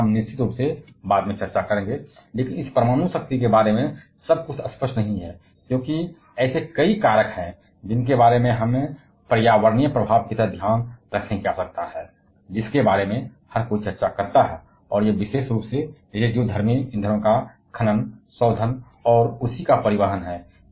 इस प्रकार निश्चित रूप से हम बाद में चर्चा करेंगे लेकिन इस परमाणु शक्ति के बारे में सब कुछ स्पष्ट नहीं है क्योंकि ऐसे कई कारक हैं जिनके बारे में हमें पर्यावरणीय प्रभाव की तरह ध्यान रखने की आवश्यकता है जिसके बारे में हर कोई चर्चा करता है यह विशेष रूप से है रेडियोधर्मी ईंधन की हैंडलिंग उसी का शोधन और परिवहन